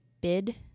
Bid